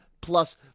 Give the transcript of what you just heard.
plus